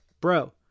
bro